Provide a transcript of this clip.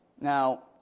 Now